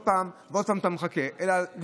ואתה מחכה עוד פעם ועוד פעם,